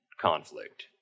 conflict